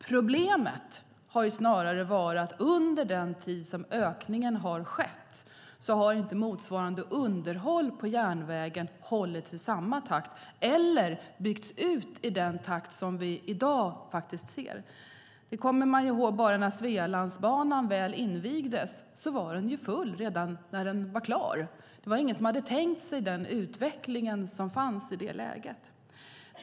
Problemet har snarare varit att under den tid som ökningen har skett har inte motsvarande underhåll av järnvägen skett i samma takt. Järnvägen har inte heller byggts ut i den takt som vi i dag ser. Vi kommer ihåg hur det var när Svealandsbanan väl invigdes; den var full redan när den var klar. Det var ingen som hade tänkt sig den utveckling som fanns i det läget.